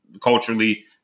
culturally